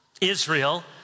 Israel